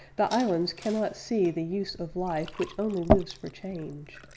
the islands cannot see the use of life which only lives for change.